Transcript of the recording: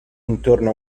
intorno